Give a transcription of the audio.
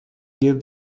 gave